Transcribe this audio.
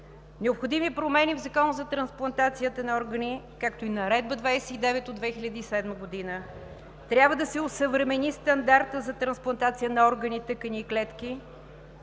необходими промени в Закона за трансплантацията на органи, както и в Наредба № 29 от 2007 г.; трябва да се осъвремени стандартът за трансплантация на органи, тъкани и клетки;